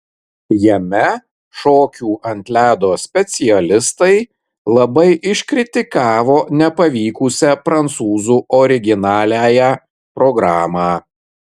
jame šokių ant ledo specialistai labai iškritikavo nepavykusią prancūzų originaliąją programą